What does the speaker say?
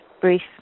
brief